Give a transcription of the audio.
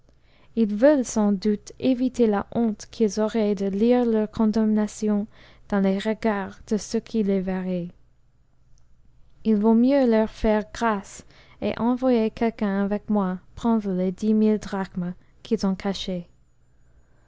ils veulent sans doute éviter la honte qu'ils auraient de lire leur condamnation dans les regards de ceux qui les verraient ii vaut mieux leur faire grâce et envoyer quelqu'un avec moi prendre les dix mille drachmes qu'ils ont cachées